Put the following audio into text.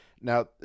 Now